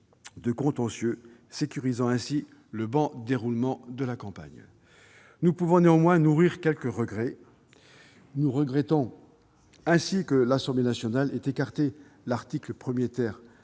de contentieux, sécurisant ainsi le bon déroulement de leur campagne. Nous nourrissons néanmoins quelques regrets ... Nous regrettons ainsi que l'Assemblée nationale ait écarté l'article 1 A,